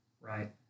right